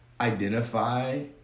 identify